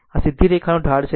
આ સીધી રેખાનો ઢાળ છે